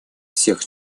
всех